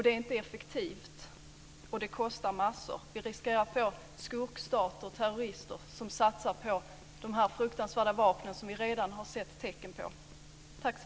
Det är inte effektivt och det kostar massor. Vi riskerar att få skuggstater med terrorister som satsar på dessa fruktansvärda vapen som vi redan har sett tecken på.